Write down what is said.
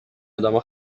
ادما